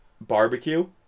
Barbecue